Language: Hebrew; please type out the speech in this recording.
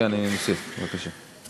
כן, אני מוסיף, בבקשה.